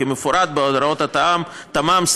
כמפורט בהוראות התמ"מ,